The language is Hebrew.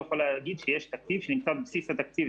יכול להגיד שיש תקציב שנמצא בבסיס התקציב,